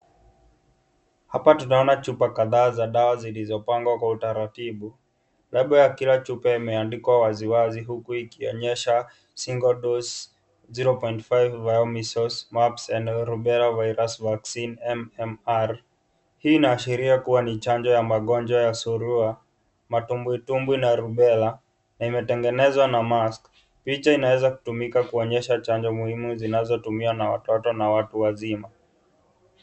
Hapa tunaona chupa kadhaa za dawa zilizopangwa kwa utaratibu . Lebo ya kila chupa imeandikwa wazi wazi huku ikionyesha single dose zero point five via measles mumps and rubella virus vaccine mmr , hii inaashiria kuwa ni chanjo ya magonjwa ya surua , matumbwitumbwi na rubella na imetengenezwa na mask picha inaweza kutumika kuonyesha chanjo muhimu zinazotumiwa na watoto na watu wazima.